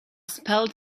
spell